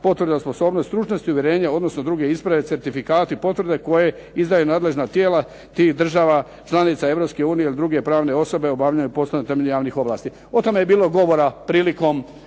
potvrda o sposobnosti i stručnosti, uvjerenja odnosno druge isprave, certifikati, potvrde koje izdaju nadležna tijela tih država članica Europske unije ili druge pravne osobe obavljaju poslove na temelju javnih ovlasti. O tome je bilo govora prilikom